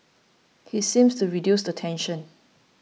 he seems to reduce the tension